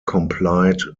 complied